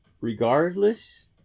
regardless